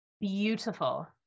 Beautiful